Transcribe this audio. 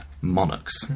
Monarchs